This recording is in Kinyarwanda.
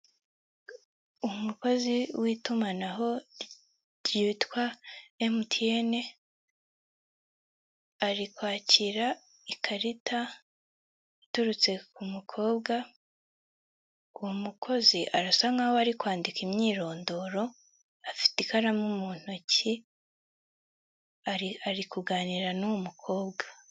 Umukozi w'itumanaho ryitwa emutiyeni ari kwakira ikarita iturutse ku mukobwa, uwo mukozi arasa nkaho ari kwandika imyirondoro afite ikaramu mu ntoki ari kuganira n'uwo mukobwa.